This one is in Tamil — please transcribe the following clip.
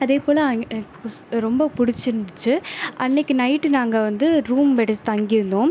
அதே போல் அங் க் ஸ் ரொம்ப பிடிச்சிருந்துச்சி அன்றைக்கு நைட்டு நாங்கள் வந்து ரூம் எடுத்து தங்கியிருந்தோம்